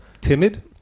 Timid